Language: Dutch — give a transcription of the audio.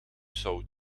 zout